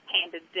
handed